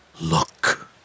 Look